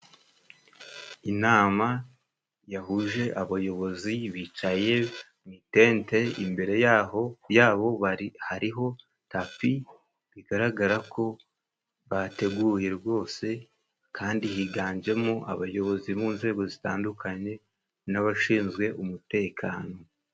Inama yahuje abayobozi bicaye mu itente, imbere ya ho, ya bo bari hariho tapi bigaragara ko bateguye rwose, kandi higanjemo abayobozi mu nzego zitandukanye n'abashinzwe umutekano.